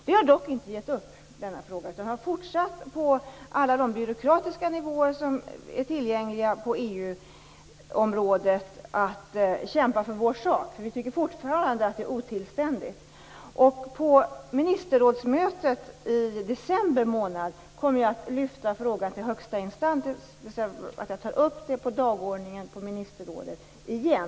Vi har inte gett upp i den här frågan utan har fortsatt att på alla byråkratiska nivåer som är tillgängliga på EU området kämpa för vår sak. Vi tycker fortfarande att det är otillständigt. På ministerrådsmötet i december kommer jag att lyfta frågan till högsta instans. Det innebär att jag tar upp det på dagordningen till ministerrådet igen.